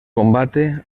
combate